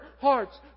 hearts